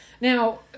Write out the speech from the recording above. Now